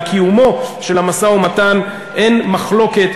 על קיומו של המשא-ומתן אין מחלוקת,